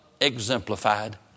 exemplified